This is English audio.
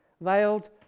veiled